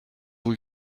vous